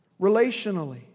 relationally